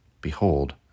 Behold